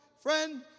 Friend